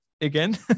again